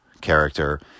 character